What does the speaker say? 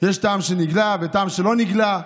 יש טעם שנגלה וטעם שלא נגלה?